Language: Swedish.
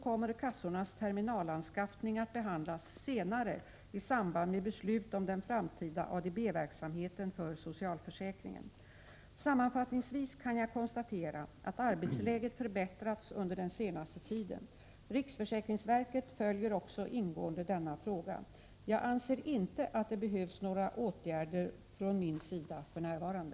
7, s. 23) kommer kassornas terminalanskaffning att behandlas senare i samband med beslut om den framtida ADB-verksamheten för socialförsäkringen. Sammanfattningsvis kan jag konstatera att arbetsläget förbättrats under den senaste tiden. Riksförsäkringsverket följer också ingående denna fråga. Jag anser inte att det behövs några åtgärder från min sida för närvarande.